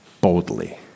boldly